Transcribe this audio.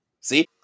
See